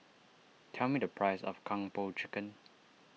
tell me the price of Kung Po Chicken